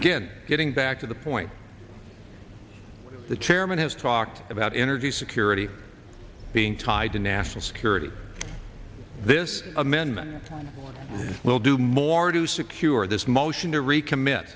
again getting back to the point the chairman has talked about energy security being tied to national security this amendment will do more to secure this motion to recommit